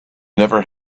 never